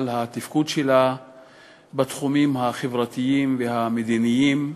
התפקוד שלה בתחומים החברתיים והמדיניים.